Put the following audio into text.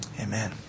Amen